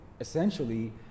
essentially